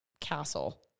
castle